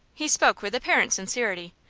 he spoke with apparent sincerity,